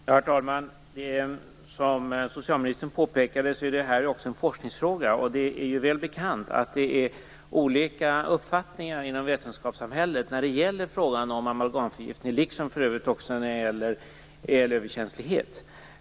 Herr talman! Som socialministern påpekade är det här också en forskningsfråga. Det är väl bekant att det förekommer olika uppfattningar i vetenskapssamhället när det gäller amalgamförgiftning liksom för övrigt också när det gäller elöverkänslighet.